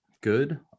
good